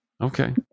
Okay